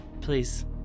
please